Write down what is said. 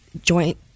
joint